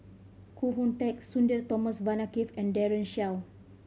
Koh Hoon Teck Sudhir Thomas Vadaketh and Daren Shiau